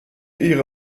ihre